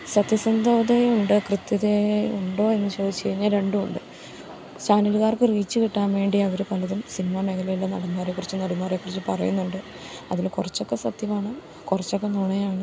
സത്യസന്ധതയുണ്ട് കൃത്യതയുണ്ടോ എന്ന് ചോദിച്ച് കഴിഞ്ഞാൽ രണ്ടും ഉണ്ട് ചാനലുകാർക്ക് റീച്ച് കിട്ടാൻ വേണ്ടി അവർ പലതും സിനിമ മേഖലയിലെ നടന്മാരെക്കുറിച്ചും നടിമാരെക്കുറിച്ചും പറയുന്നുണ്ട് അതിൽ കുറച്ചൊക്കെ സത്യമാണ് കുറച്ചൊക്കെ നുണയാണ്